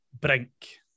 Brink